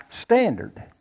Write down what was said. standard